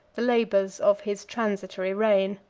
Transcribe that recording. the labors of his transitory reign.